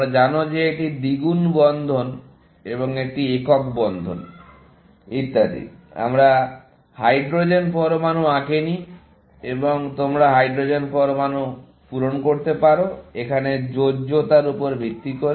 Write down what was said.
তোমরা জানো যে এটি দ্বিগুণ বন্ধন এবং এটি একক বন্ধন ইত্যাদি আমরা হাইড্রোজেন পরমাণু আঁকেনি এবং তোমরা হাইড্রোজেন পরমাণু পূরণ করতে পারো এখানে যোজ্যতার উপর ভিত্তি করে